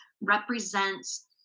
represents